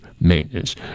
maintenance